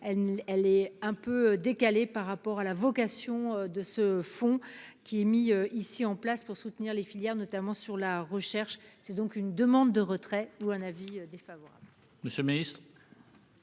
elle est un peu décalé par rapport à la vocation de ce fonds qui est mis ici en place pour soutenir les filières, notamment sur la recherche. C'est donc une demande de retrait ou un avis des.